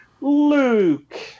Luke